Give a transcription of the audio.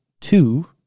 two